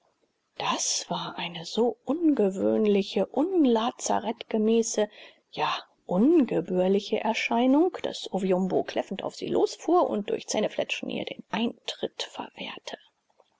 das war eine so ungewöhnliche unlazarettgemäße ja ungebührliche erscheinung daß oviumbo kläffend auf sie losfuhr und durch zähnefletschen ihr den eintritt verwehrte